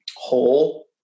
whole